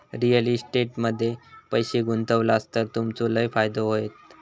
real estate मध्ये पैशे गुंतवलास तर तुमचो लय फायदो होयत